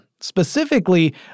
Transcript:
Specifically